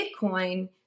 Bitcoin